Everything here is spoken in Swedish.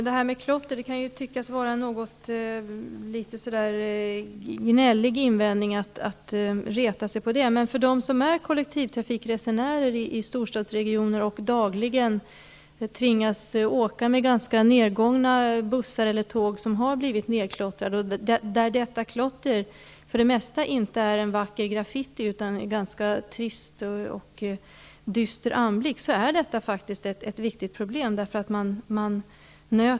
Fru talman! Det kan tyckas litet gnälligt att reta sig på klottret. Men detta är ett viktigt problem för dem som är kollektivtrafikresenärer i storstadsregioner och dagligen tvingas åka med ganska nergångna bussar eller tåg som har blivit nerklottrade. Man nöts mot det dagligen. Detta klotter är för det mesta inte någon vacker graffiti, utan en ganska trist och dyster anblick.